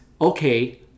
okay